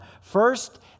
First